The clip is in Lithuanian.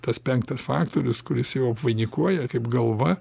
tas penktas faktorius kuris jau apvainikuoja kaip galva